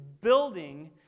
building